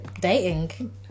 dating